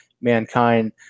mankind